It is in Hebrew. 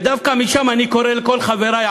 ודווקא משם אני קורא לכל חברי,